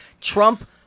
Trump